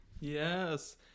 yes